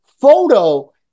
photo